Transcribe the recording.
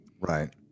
right